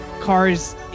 cars